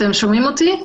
אתם שומעים אותי?